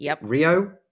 Rio